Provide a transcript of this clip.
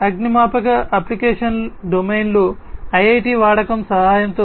అగ్నిమాపక అప్లికేషన్ డొమైన్లో IIoT వాడకం సహాయంతో